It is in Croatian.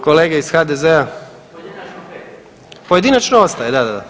Kolege iz HDZ-a? [[Upadica: Pojedinačno 5.]] Pojedinačno ostaje, da, da.